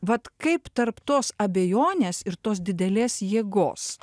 vat kaip tarp tos abejonės ir tos didelės jėgos